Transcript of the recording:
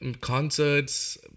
concerts